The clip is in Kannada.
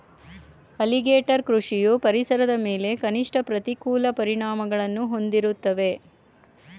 ಅಲಿಗೇಟರ್ ಕೃಷಿಯು ಪರಿಸರದ ಮೇಲೆ ಕನಿಷ್ಠ ಪ್ರತಿಕೂಲ ಪರಿಣಾಮಗಳನ್ನು ಹೊಂದಿರ್ತದೆ